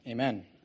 Amen